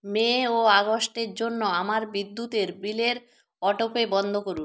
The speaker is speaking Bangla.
মে ও আগস্টের জন্য আমার বিদ্যুতের বিলের অটোপে বন্ধ করুন